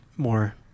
More